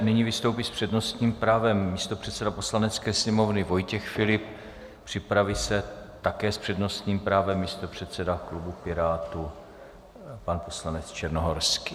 Nyní vystoupí s přednostním právem místopředseda Poslanecké sněmovny Vojtěch Filip, připraví se také s přednostním právem místopředseda klubu Pirátů, pan poslanec Černohorský.